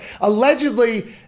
Allegedly